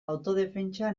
autodefentsa